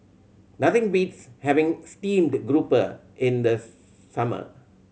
nothing beats having steamed grouper in the summer